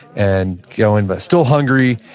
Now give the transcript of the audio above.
and going but still hungry,